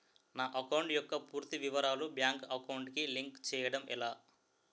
నా అకౌంట్ యెక్క పూర్తి వివరాలు బ్యాంక్ అకౌంట్ కి లింక్ చేయడం ఎలా?